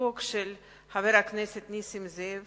בחוק של חברי חבר הכנסת נסים זאב